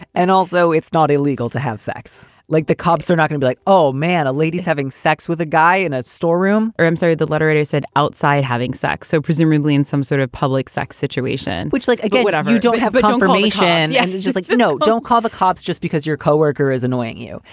and also, it's not illegal to have sex. like the cops are not going to like, oh, man, a lady is having sex with a guy in a storeroom or i'm sorry, the letter it is said outside having sex. so presumably in some sort of public sex situation, which like again, what? i don't have a confirmation. and yeah and it's just like, you know, don't call the cops just because your coworker is annoying you.